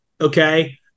Okay